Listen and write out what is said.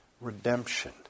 redemption